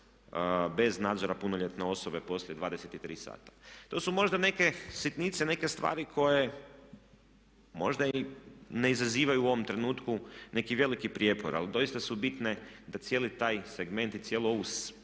bez nadzora punoljetne osobe poslije 23 sata. To su možda neke sitnice, neke stvari koje možda i ne izazivaju u ovom trenutku neki veliki prijepor. Ali doista su bitne da cijeli taj segment i cijelu ovu